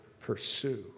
Pursue